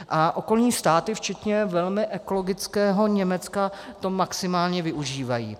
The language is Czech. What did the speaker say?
A okolní státy, včetně velmi ekologického Německa, to maximálně využívají.